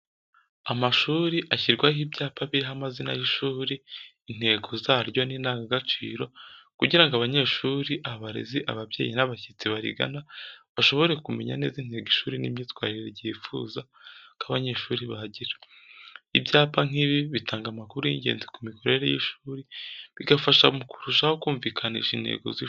Amashuri ashyirwaho ibyapa biriho amazina y'ishuri, intego zaryo n'indangagaciro kugira ngo abanyeshuri, abarezi, ababyeyi n'abashyitsi barigana bashobore kumenya neza intego z'ishuri n'imyitwarire ryifuza ko abanyeshuri bagira. Ibyapa nk'ibi bitanga amakuru y'ingenzi ku mikorere y'ishuri, bigafasha mu kurushaho kumvikanisha intego z'ishuri.